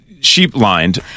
sheep-lined